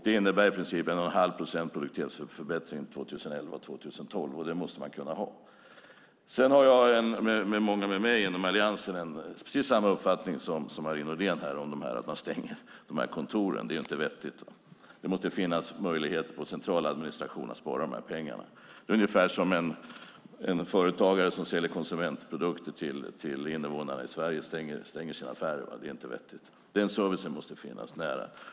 Det innebär i princip 1 1⁄2 procents produktivitetsförbättring 2011 och 2012, och det måste man kunna klara. Sedan har jag, och många med mig inom Alliansen, precis samma uppfattning som Marie Nordén om att man stänger servicekontoren. Det är ju inte vettigt. Det måste finnas möjlighet att spara de här pengarna på central administration. Det är ungefär som om en företagare som säljer konsumentprodukter till invånare i Sverige skulle stänga sin affär. Det är inte vettigt. Den servicen måste finnas nära.